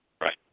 Right